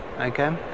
Okay